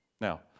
Now